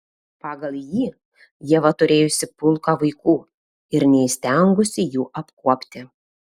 pagal jį ieva turėjusi pulką vaikų ir neįstengusi jų apkuopti